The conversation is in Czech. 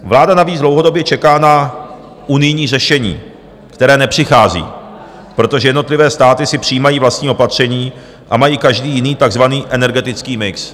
Vláda navíc dlouhodobě čeká na unijní řešení, které nepřichází, protože jednotlivé státy si přijímají vlastní opatření a mají každý jiný takzvaný energetický mix.